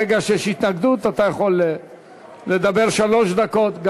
ברגע שיש התנגדות, גם אתה יכול לדבר שלוש דקות.